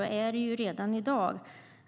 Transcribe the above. Det är det redan i dag.